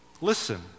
listen